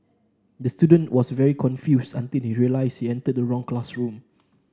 the student was very confused until he realised he entered the wrong classroom